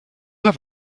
have